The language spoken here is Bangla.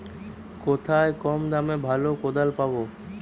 কোথায় কম দামে ভালো কোদাল পাব?